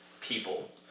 people